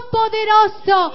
poderoso